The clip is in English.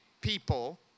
people